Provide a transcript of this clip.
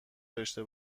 داشته